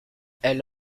elle